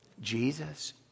Jesus